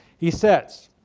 he says